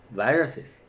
viruses